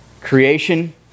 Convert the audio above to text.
Creation